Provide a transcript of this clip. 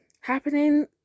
happening